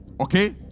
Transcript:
okay